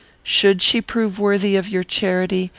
should she prove worthy of your charity,